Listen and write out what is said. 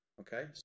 Okay